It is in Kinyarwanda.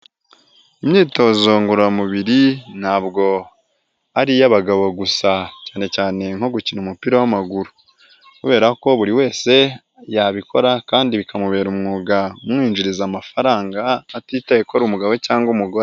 Imyitozo ngororamubiri ntabwo ari iy'abagabo gusa cyane cyane nko gukina umupira w'amaguru kubera ko buri wese yabikora kandi bikamubera umwuga umwinjiriza amafaranga atitaye ko ari umugabo cyangwa umugore.